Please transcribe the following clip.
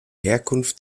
herkunft